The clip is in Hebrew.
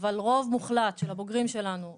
אבל רוב מוחלט של הבוגרים שלנו עובד,